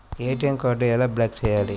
ATM కార్డుని ఎలా block చేయాలి?